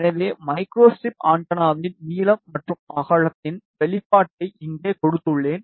எனவே micro strip ஆண்டெனாவின் நீளம் மற்றும் அகலத்தின் வெளிப்பாட்டை இங்கு கொடுத்துள்ளேன்